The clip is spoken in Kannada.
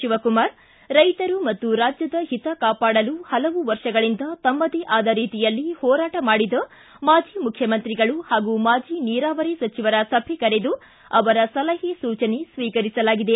ಶಿವಕುಮಾರ್ ರೈತರು ಮತ್ತು ರಾಜ್ಯದ ಹಿತ ಕಾಪಾಡಲು ಪಲವು ವರ್ಷಗಳಿಂದ ತಮ್ದದೇ ಆದ ರೀತಿಯಲ್ಲಿ ಹೋರಾಟ ಮಾಡಿದ ಮಾಜಿ ಮುಖ್ಯಮಂತ್ರಿಗಳು ಹಾಗೂ ಮಾಜಿ ನೀರಾವರಿ ಸಚಿವರ ಸಭೆ ಕರೆದು ಅವರ ಸಲಹೆ ಸೂಚನೆ ಸ್ವೀಕರಿಸಲಾಗಿದೆ